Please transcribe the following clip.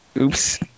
Oops